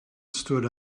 stood